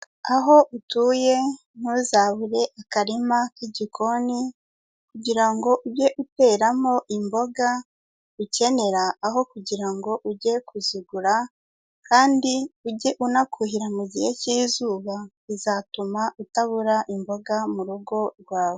Aho utuye ntuzabure akarima k'igikoni kugira ngo uge uteramo imboga ukenera aho kugira ngo uge kuzigura kandi uge unakuhira mu gihe k'izuba, bizatuma utabura imboga mu rugo rwawe.